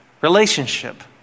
relationship